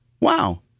wow